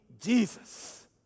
Jesus